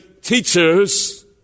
teachers